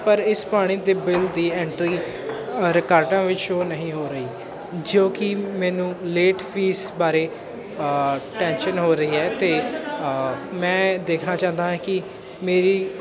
ਪਰ ਇਸ ਪਾਣੀ ਦੇ ਬਿੱਲ ਦੀ ਐਂਟਰੀ ਰਿਕਾਰਡਾਂ ਵਿੱਚ ਸ਼ੋ ਨਹੀਂ ਹੋ ਰਹੀ ਜੋ ਕਿ ਮੈਨੂੰ ਲੇਟ ਫੀਸ ਬਾਰੇ ਟੈਂਸ਼ਨ ਹੋ ਰਹੀ ਹੈ ਅਤੇ ਮੈਂ ਦੇਖਣਾ ਚਾਹੁੰਦਾ ਹਾਂ ਕਿ ਮੇਰੀ